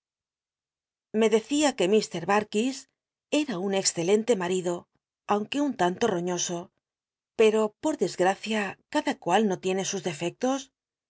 e deeia que mr barkis era un excelente mal'iclo aunque nn lanlo roñoso pero por desgracia cada cual no tiene sus defectos